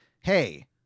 Hey